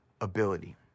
ability